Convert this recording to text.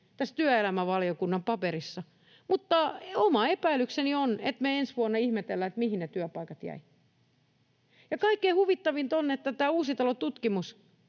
työelämävaliokunnan paperissa. Mutta oma epäilykseni on, että me ensi vuonna ihmetellään, mihin ne työpaikat jäivät. Ja kaikkein huvittavinta on, että tämä Uusitalon tutkimus